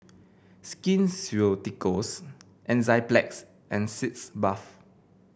Skin Ceuticals Enzyplex and Sitz Bath